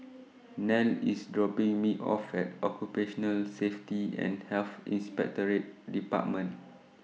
Nell IS dropping Me off At Occupational Safety and Health Inspectorate department